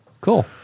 Cool